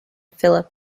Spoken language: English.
philip